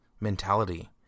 mentality